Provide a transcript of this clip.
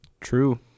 true